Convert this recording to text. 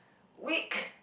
week